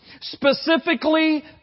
specifically